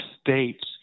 States